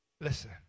Listen